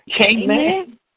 Amen